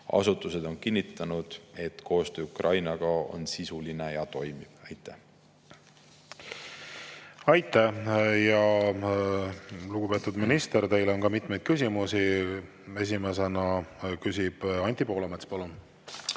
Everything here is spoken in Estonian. Asutused on kinnitanud, et koostöö Ukrainaga on sisuline ja toimib. Aitäh! Aitäh! Lugupeetud minister, teile on ka mitmeid küsimusi. Esimesena küsib Anti Poolamets. Palun!